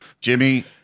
Jimmy